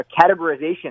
categorization